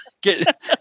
Get